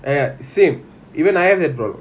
ya ya same even I have that problem